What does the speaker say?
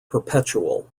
perpetual